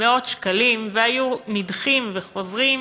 מאות שקלים, והיו נדחים וחוזרים,